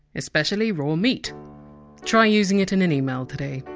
especially raw meat try using it in an email today